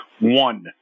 one